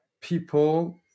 people